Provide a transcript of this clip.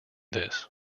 this